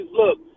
Look